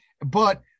but-